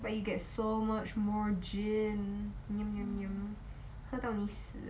but you get so much more 喝到你死